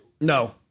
No